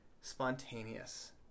spontaneous